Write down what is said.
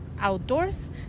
Outdoors